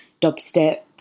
dubstep